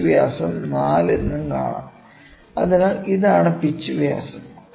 pitch വ്യാസം 4 എന്നും കാണാം അതിനാൽ ഇതാണ് പിച്ച് വ്യാസം